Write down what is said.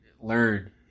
learn